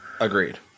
Agreed